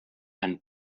and